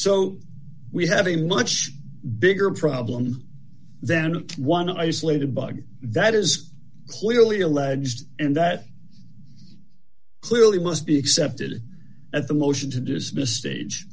so we have a much bigger problem than one isolated bug that is clearly alleged and that clearly must be accepted at the motion to dismiss stage